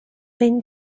been